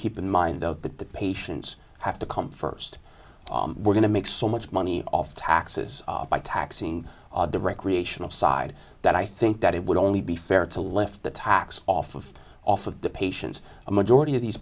keep in mind though that the patients have to come first we're going to make so much money off taxes by taxing the recreational side that i think that it would only be fair to lift the tax off of off of the patients a majority of these